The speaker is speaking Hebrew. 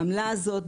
העמלה הזאת,